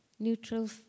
Neutral